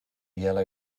yellow